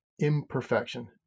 imperfection